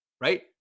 right